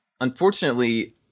unfortunately